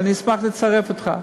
ואשמח לצרף אותך.